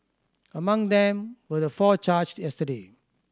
among them were the four charged yesterday